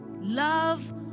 love